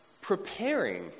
preparing